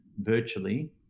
virtually